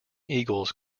eagles